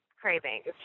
cravings